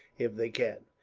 if they can.